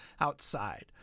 Outside